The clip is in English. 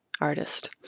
artist